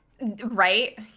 Right